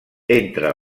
entre